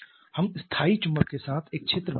हम स्थायी चुंबक के साथ एक क्षेत्र बनाते हैं